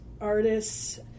artists